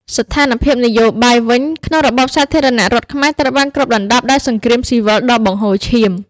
ស្ថានភាពនយោបាយវិញក្នុងរបបសាធារណរដ្ឋខ្មែរត្រូវបានគ្របដណ្ដប់ដោយ សង្គ្រាមស៊ីវិល ដ៏បង្ហូរឈាម។